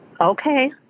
okay